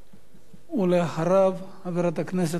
ואחריו, חברת הכנסת חנין זועבי.